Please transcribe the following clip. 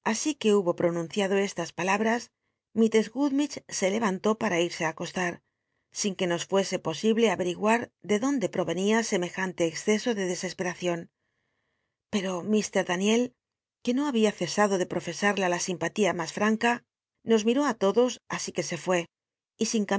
así que hubo ptonunciado estas palabras mistless gummidgc se levan tó pata irse á acostar sin t uc nos fuese posible avetigt at de dónde povcnia semejante exceso do c lescspctacion pero mr daniel que no babia cesado do wofesarla la simpalia mas ftanea nos mitó ri todos así que se fué y